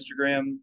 Instagram